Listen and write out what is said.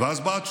ואז באה התשובה: